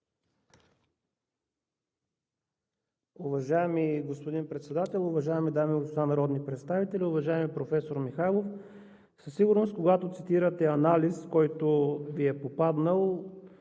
Уважаеми господин Председател, уважаеми дами и господа народни представители! Уважаеми професор Михайлов, когато цитирате анализ, който Ви е попаднал,